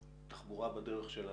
מ"תחבורה בדרך שלנו".